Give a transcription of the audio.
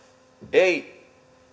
ei